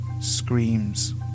screams